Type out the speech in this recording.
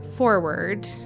forward